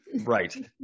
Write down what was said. Right